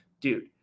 dude